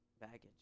baggage